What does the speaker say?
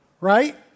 right